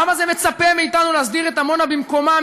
והעם הזה מצפה מאתנו להסדיר את עמונה במקומה,